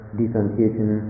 differentiation